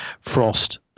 frost